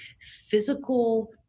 physical